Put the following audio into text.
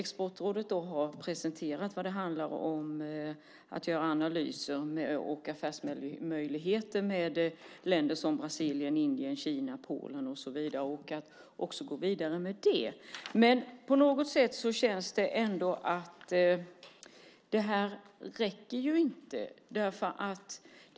Exportrådet har presenterat vad det handlar om, att göra analyser av affärsmöjligheter i fråga om länder som Brasilien, Indien, Kina, Polen och så vidare. Och man ska gå vidare med det. Men på något sätt känns det ändå som att det här inte räcker.